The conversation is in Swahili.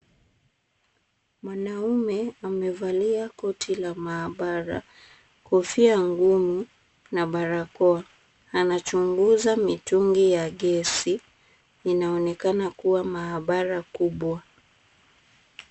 Mwanaume amevalia koti la maabara, kofia ngumu na barakoa. Anachunguza mitungi ya gesi. Inaonekana kuwa maabara kubwa.